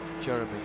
Jeremy